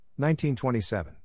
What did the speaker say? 1927